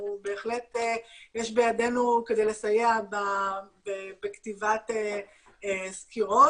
בהחלט יש בידינו כדי לסייע בכתיבת סקירות